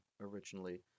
originally